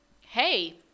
hey